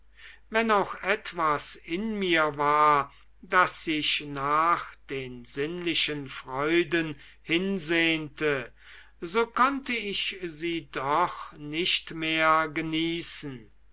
wenn auch etwas in mir war das sich nach den sinnlichen freuden hinsehnte so konnte ich sie doch nicht mehr genießen